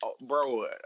bro